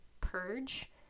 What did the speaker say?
purge